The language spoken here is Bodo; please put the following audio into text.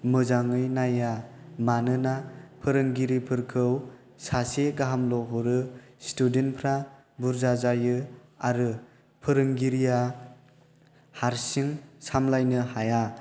मोजाङै नाया मानोना फोरोंगिरिफोरखौ सासे गाहामल' हरो स्टुडेन्टफ्रा बुरजा जायो आरो फोरोंगिरिआ हारसिं सामब्लायनो हाया